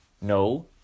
no